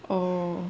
orh